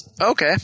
Okay